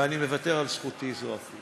ואני מוותר על זכותי זו.